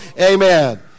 Amen